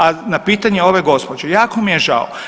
A na pitanje ove gospođe, jako mi je žao.